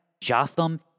Jotham